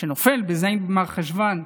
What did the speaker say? שנופל בז' במרחשוון,